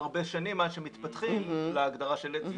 הרבה שנים עד שהם מתפתחים להגדרה של עץ,